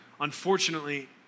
Unfortunately